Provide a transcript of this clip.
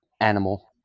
animal